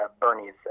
Bernie's